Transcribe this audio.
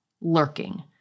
Lurking